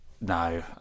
No